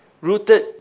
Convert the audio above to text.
Rooted